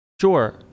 sure